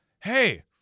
Hey